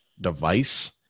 device